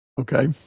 Okay